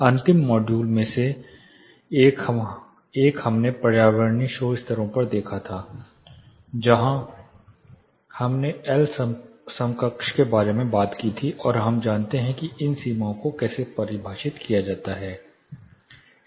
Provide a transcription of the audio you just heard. अंतिम मॉड्यूल में से एक हमने पर्यावरणीय शोर स्तरों पर देखा जहां हमने एल समकक्ष के बारे में बात की थी और हम जानते हैं कि इन सीमाओं को कैसे परिभाषित किया जाता है